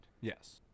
Yes